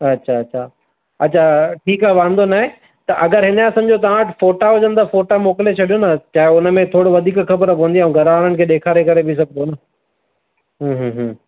अछा अछा अछा ठीकु आहे वांदो नाहे त अगरि हिन जा समुझो तव्हां वटि फ़ोटा हुजनि त फ़ोटा मोकिले छॾियो न छा आहे हुन में थोरो वधीक ख़बरु पवंदी ऐं घरु वारनि खे ॾेखारे करे सघिबो न